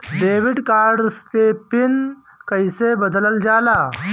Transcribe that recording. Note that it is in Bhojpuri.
डेबिट कार्ड के पिन कईसे बदलल जाला?